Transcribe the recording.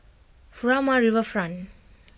Furama Riverfront